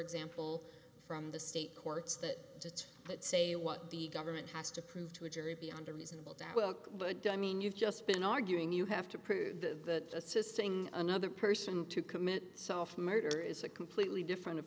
example from the state courts that that say what the government has to prove to a jury beyond a reasonable doubt well but i mean you've just been arguing you have to prove the assisting another person to commit itself murder is a completely different of